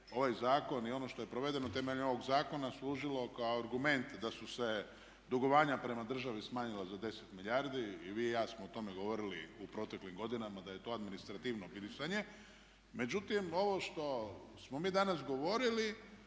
ovaj zakon i ono što je provedeno temeljem ovog zakona služilo kao argument da su se dugovanja prema državi smanjila za 10 milijardi, i vi i ja smo o tome govorili u proteklim godinama da je to administrativno …/Govornik se ne razumije./…. Međutim, ovo što smo mi danas govorili,